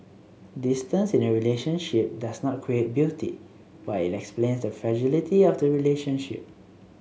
distance in a relationship does not create beauty but it explains the fragility of the relationship